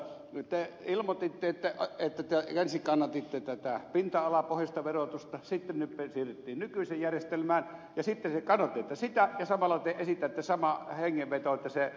te ilmoititte että te ensin kannatitte tätä pinta alapohjaista verotusta sitten siirryttiin nykyiseen järjestelmään ja te kaduitte sitä ja samalla te esitätte samaan hengenvetoon että se metsäverotus tällaisena järjestelmänä poistetaan